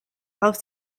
auf